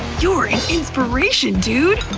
you're an inspiration, dude.